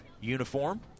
uniform